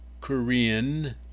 Korean